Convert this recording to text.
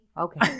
Okay